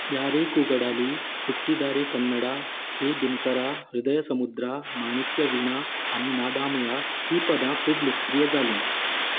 यारे कूगडाली हुट्टीदारे कन्नडा हे दिनकरा हृदय समुद्रा माणिक्यवीणा आनी नादामया हीं पदां खूब लोकप्रिय जालीं